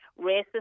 Racist